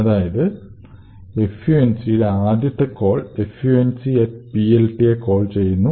അതായത് func ന്റെ ആദ്യത്തെ കോൾ funcPLT യെ കോൾ ചെയ്യുന്നു